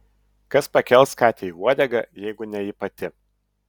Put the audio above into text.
kas pakels katei uodegą jeigu ne ji pati